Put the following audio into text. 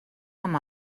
amb